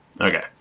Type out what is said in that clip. Okay